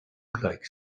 like